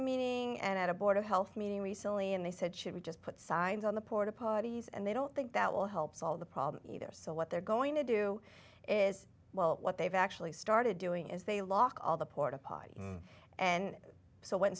meaning and at a board of health meeting recently and they said should we just put signs on the porta potties and they don't think that will help solve the problem either so what they're going to do is well what they've actually started doing is they lock all the porta potty and so when